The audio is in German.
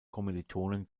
kommilitonen